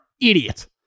idiot